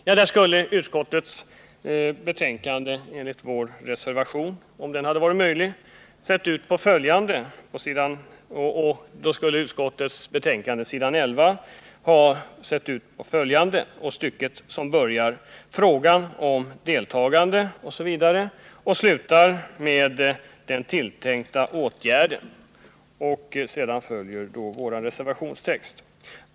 Om vi hade haft möjlighet att avge reservation skulle den del av utskottets betänkande som börjar på s. 11 med ”Frågan om ett deltagande” och slutar på s. 12 med ”i dess helhet” ha ersatts av följande reservationstext.